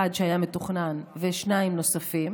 אחד שהיה מתוכנן ושניים נוספים,